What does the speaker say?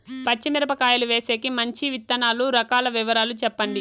పచ్చి మిరపకాయలు వేసేకి మంచి విత్తనాలు రకాల వివరాలు చెప్పండి?